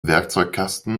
werkzeugkasten